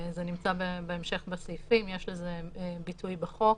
זה נמצא בסעיפים בהמשך ויש לזה ביטוי בחוק.